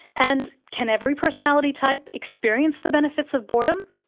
and can every personality type experience the benefits of boredom?